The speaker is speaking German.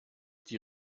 die